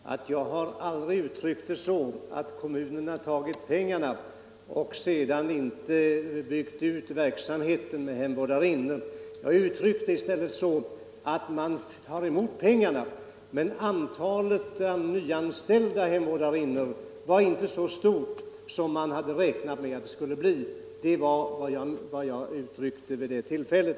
Herr talman! Jag vill bara säga till herr Westberg i Ljusdal att jag aldrig uttryckt det så, att kommunerna tagit pengarna och sedan inte byggt ut verksamheten med hemvårdarinnor. Jag uttryckte det i stället så, att man tagit emot pengarna, medan antalet nyanställda hemvårdarinnor inte blivit så stort som man räknat med att det skulle bli. Det var vad jag sade i det sammanhanget.